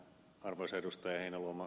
tämä arvoisa ed